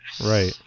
Right